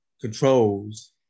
controls